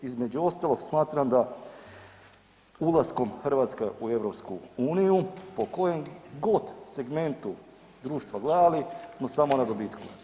Između ostalog smatram da ulaskom Hrvatske u EU po kojem god segmentu društva gledali smo samo na dobitku.